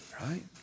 right